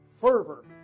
fervor